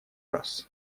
раз